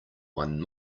one